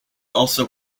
also